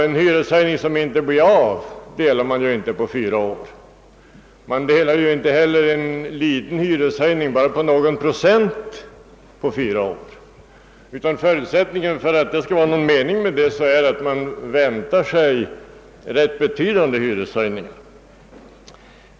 En hyreshöjning som inte blir av delar man ju inte på fyra år och inte heller delas en liten hyreshöjning på bara någon procent på fyra år. Förutsättningen för att det skall vara någon mening med åtgärden är att man har att vänta rätt betydande hyreshöjningar.